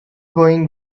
going